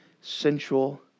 sensual